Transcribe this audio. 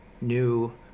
new